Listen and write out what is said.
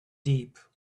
deep